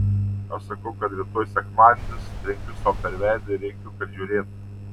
aš sakau kad rytoj sekmadienis trenkiu sau per veidą ir rėkiu kad žiūrėtų